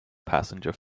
passenger